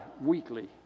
weekly